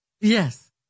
Yes